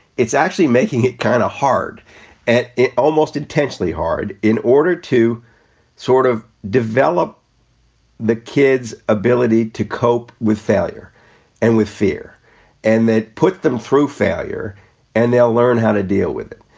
it's actually making it kind of hard at it, almost intensely hard in order to sort of develop the kid's ability to cope with failure and with fear and that put them through failure and they'll learn how to deal with it.